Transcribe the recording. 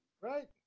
Right